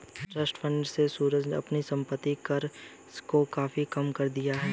trust fund से सूरज ने अपने संपत्ति कर को काफी कम कर दिया